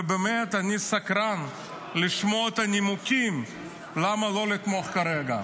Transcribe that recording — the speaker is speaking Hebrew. ובאמת אני סקרן לשמוע את הנימוקים למה לא לתמוך כרגע.